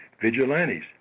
vigilantes